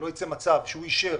שלא ייצא מצב שהוא אישר